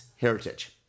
heritage